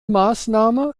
maßnahme